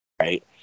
right